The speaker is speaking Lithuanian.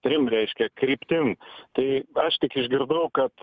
trim reiškia kryptim tai aš tik išgirdau kad